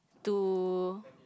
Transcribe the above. to